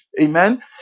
Amen